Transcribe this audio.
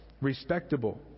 respectable